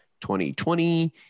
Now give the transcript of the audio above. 2020